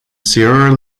sierra